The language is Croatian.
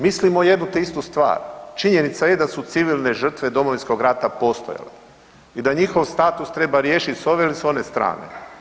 Mislimo jednu te istu stvar, činjenica je da su civilne žrtve Domovinskog rata postojale i da njihov status treba riješit s ove ili s one strane.